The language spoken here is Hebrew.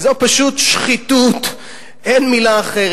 זו פשוט שחיתות, אין מלה אחרת.